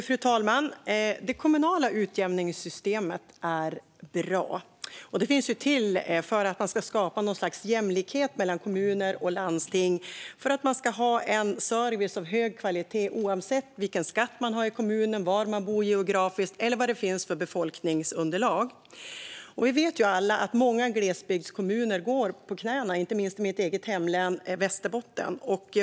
Fru talman! Det kommunala utjämningssystemet är bra. Det finns ju till för att skapa något slags jämlikhet mellan kommuner och landsting för att man ska ha en service av hög kvalitet, oavsett vilken skatt man har i kommunen, var man bor geografiskt eller vad det finns för befolkningsunderlag. Vi vet ju alla att många glesbygdskommuner går på knäna, inte minst i mitt eget hemlän Västerbotten.